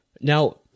Now